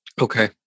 Okay